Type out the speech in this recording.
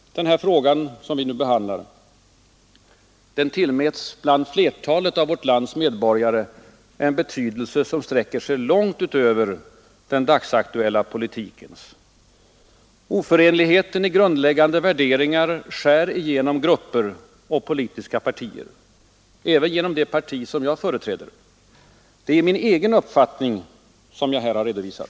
Den fråga vi nu behandlar tillmäts bland flertalet av vårt lands medborgare en betydelse som sträcker sig långt utöver den dagsaktuella politikens. Oförenligheten i grundläggande värderingar skär igenom grupper och politiska partier. Även genom det parti jag företräder. Det är min egen uppfattning som jag här har redovisat.